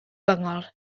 gyngor